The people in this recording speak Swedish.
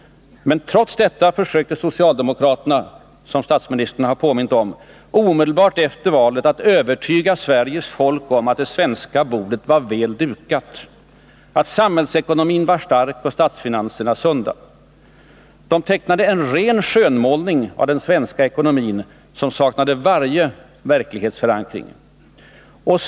Trots detta försökte socialdemokraterna — som statsministern påminde om —- omedelbart efter valet övertyga Sveriges folk om att det svenska bordet var väl dukat, att samhällsekonomin var stark och statsfinanserna sunda. De gjorde en skönmålning av den svenska ekonomin som saknade varje verklighetsförankring.